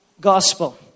gospel